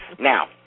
Now